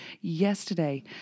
yesterday